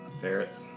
ferrets